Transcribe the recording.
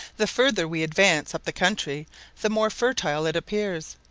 the further we advance up the country the more fertile it appears.